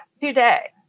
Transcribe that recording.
today